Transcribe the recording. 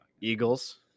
Eagles